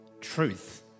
truth